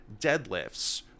deadlifts